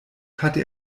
hatte